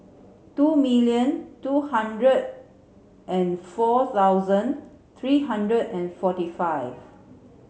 two million two hundred and four thousand three hundred and forty five